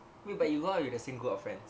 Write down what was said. wait but you go out with the same group of friends